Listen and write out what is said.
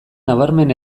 nabarmen